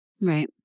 Right